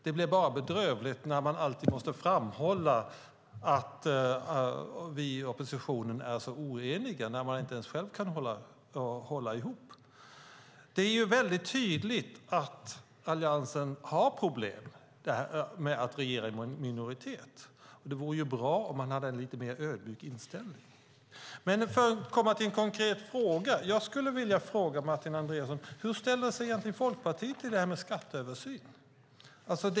Det blir bara bedrövligt när man alltid måste framhålla att vi i oppositionen är så oeniga samtidigt som man själv inte kan hålla ihop. Det är väldigt tydligt att Alliansen har problem med att regera i minoritet. Det vore bra om man hade en lite mer ödmjuk inställning. Jag skulle vilja fråga Martin Andreasson hur Folkpartiet egentligen ställer sig till detta med en skatteöversyn.